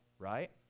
right